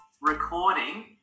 recording